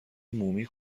مومی